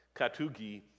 katugi